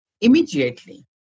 immediately